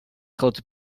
grote